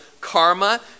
karma